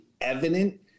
evident